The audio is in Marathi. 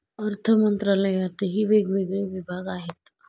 अर्थमंत्रालयातही वेगवेगळे विभाग आहेत